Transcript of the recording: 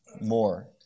More